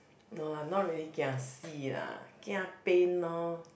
no lah not really kiasi lah kia pain lor